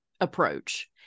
approach